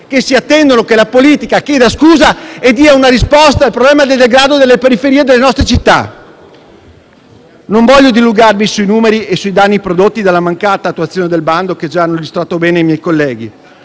che si attendono che la politica chieda scusa e dia una risposta al problema del degrado delle periferie delle nostre città. Non voglio dilungarmi sui numeri e sui danni prodotti dalla mancata attuazione del bando, che già hanno illustrato bene i miei colleghi,